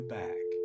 back